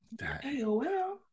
AOL